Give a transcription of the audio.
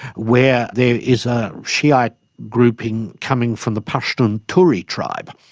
where there is a shiite grouping coming from the pashtun turi tribe.